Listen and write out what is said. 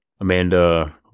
Amanda